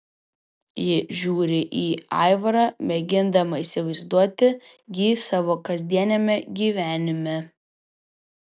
ji žiūri į aivarą mėgindama įsivaizduoti jį savo kasdieniame gyvenime